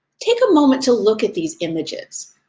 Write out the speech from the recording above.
take a moment to look at these images.